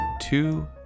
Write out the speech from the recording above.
two